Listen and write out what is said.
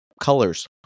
colors